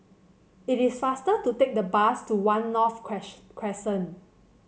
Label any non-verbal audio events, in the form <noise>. it is faster to take the bus to One North <unintelligible> Crescent